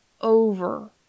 over